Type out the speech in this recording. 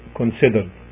considered